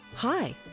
Hi